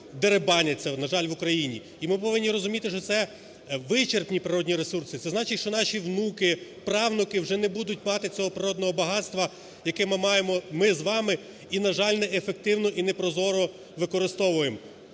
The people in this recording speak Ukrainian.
дерибаняться, на жаль, в Україні. І ми повинні розуміти, що це вичерпні природні ресурси, це значить, що наші внуки, правнуки вже не будуть мати цього природного багатства, яке ми маємо... ми з вами і, на жаль, неефективно і непрозоро використовуємо,